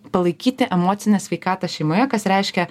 palaikyti emocinę sveikatą šeimoje kas reiškia